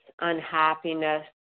unhappiness